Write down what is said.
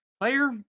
player